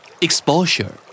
Exposure